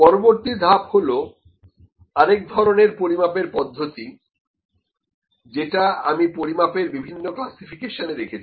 পরবর্তী ধাপ হলো আরেক ধরনের পরিমাপের পদ্ধতি যেটা আমি পরিমাপের বিভিন্ন ক্লাসিফিকেশনে রেখেছি